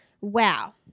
Wow